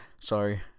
sorry